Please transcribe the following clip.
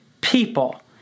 people